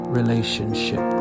relationship